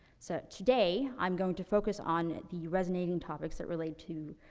so today, i'm going to focus on the resonating topics that relate to,